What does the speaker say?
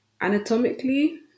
Anatomically